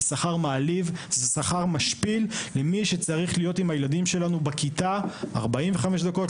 זה שכר מעליב ומשפיל למי שצריך להיות עם הילדים שלנו בכיתה 45 דקות,